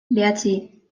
bederatzi